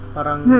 Parang